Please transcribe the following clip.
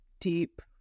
deep